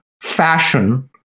fashion